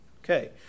Okay